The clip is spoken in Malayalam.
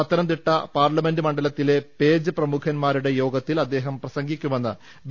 പത്തനംതിട്ട പാർല മെന്റ് മണ്ഡലത്തിലെ പേജ് പ്രമുഖന്മാരുടെ യോഗത്തിൽ അദ്ദേഹം പ്രസംഗിക്കുമെന്ന് ബി